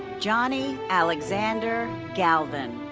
jhonny alexander galvan.